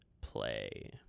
play